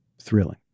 thrilling